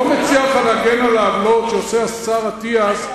אני לא מציע לך להגן על העוולות שעושה השר אטיאס.